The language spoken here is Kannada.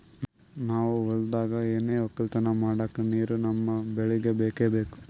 ನಾವ್ ಹೊಲ್ದಾಗ್ ಏನೆ ವಕ್ಕಲತನ ಮಾಡಕ್ ನೀರ್ ನಮ್ ಬೆಳಿಗ್ ಬೇಕೆ ಬೇಕು